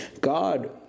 god